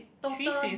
total